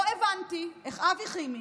לא הבנתי איך אבי חימי,